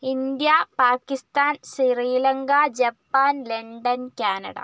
India Pakistan Sri Lanka Japan London Canada